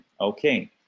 okay